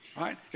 right